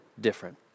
different